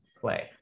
play